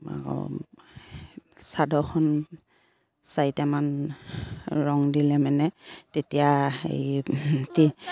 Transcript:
চাদৰখন চাৰিটামান ৰং দিলে মানে তেতিয়া এই